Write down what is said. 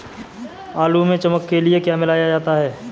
आलू में चमक के लिए क्या मिलाया जाता है?